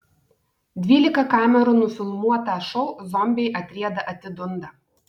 dvylika kamerų nufilmuotą šou zombiai atrieda atidunda